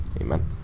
Amen